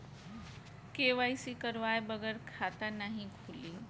KYC करवाये बगैर खाता नाही खुली?